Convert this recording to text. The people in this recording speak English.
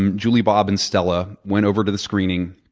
um julie, bob, and stella went over to the screening.